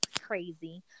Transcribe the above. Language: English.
crazy